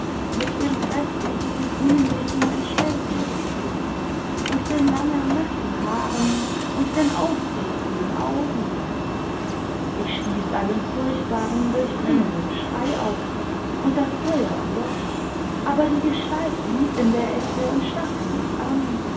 mit dem gräßli chen grünlichen entstellten gesicht und den langen nassen haaren und den aufgerissenen augen ich stieß einen furchtbaren durchdringenden schrei aus und das feuer erlosch aber die gestalt blieb in der ecke imd starrte mich an